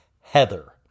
Heather